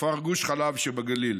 כפר גוש חלב שבגליל.